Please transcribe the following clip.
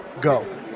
Go